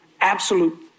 Absolute